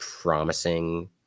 promising